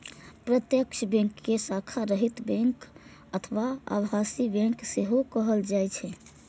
प्रत्यक्ष बैंक कें शाखा रहित बैंक अथवा आभासी बैंक सेहो कहल जाइ छै